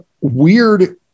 weird